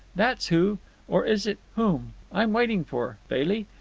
that's who or is it whom i'm waiting for. bailey,